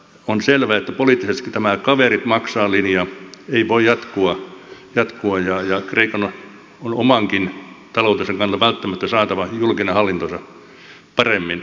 on selvää että poliittisesti tämä kaverit maksaa linja ei voi jatkua ja kreikan on omankin taloutensa kannalta välttämättä saatava julkinen hallintonsa paremmin toimimaan